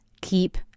Keep